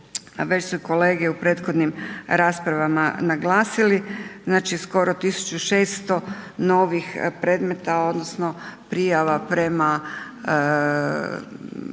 već su kolege u prethodnim raspravama naglasili, znači skoro 1600 novih predmeta odnosno prijava prema